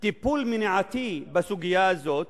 טיפול מניעתי בסוגיה הזאת,